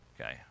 okay